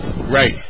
Right